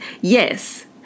yes